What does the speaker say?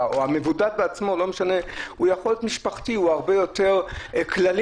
או של המבודד בעצמו יכול להיות משפחתי או הרבה יותר כללי